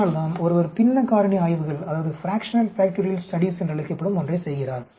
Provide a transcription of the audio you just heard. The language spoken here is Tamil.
அதனால்தான் ஒருவர் பின்ன காரணி ஆய்வுகள் என்றழைக்கப்படும் ஒன்றை செய்கிறார்